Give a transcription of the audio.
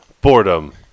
Boredom